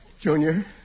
Junior